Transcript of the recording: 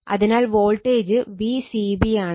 അതിനാൽ voltage Vcb ആണ്